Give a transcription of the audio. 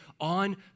on